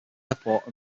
airport